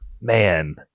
Man